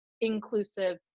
inclusive